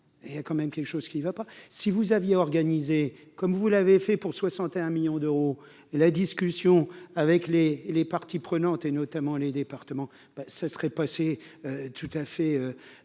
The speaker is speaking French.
il y a quand même quelque chose qui va pas, si vous aviez organisé comme vous l'avez fait pour 61 millions d'euros, la discussion avec les les parties prenantes, et notamment les départements ben ça serait passé tout à fait